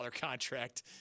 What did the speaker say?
contract